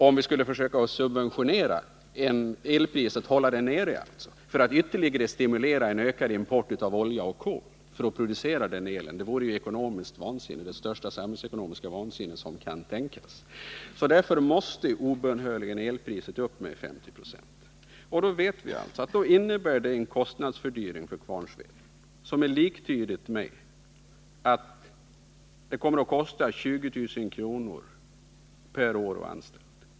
Om vi skulle försöka subventionera elpriset och alltså hålla det nere för att ytterligare stimulera en ökning av importen av olja och kol för att producera den elkraften, vore det det största samhällsekonomiska vansinne som kan tänkas. Därför måste elpriset obönhörligen upp med 50 96. Vi vet att det wnebär en kostnadsfördyring för Kvarnsveden som är liktydig med att det kommer att kosta 20 000 kr. per år och anställd.